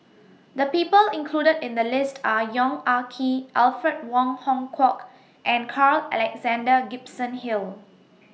The People included in The list Are Yong Ah Kee Alfred Wong Hong Kwok and Carl Alexander Gibson Hill